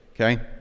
Okay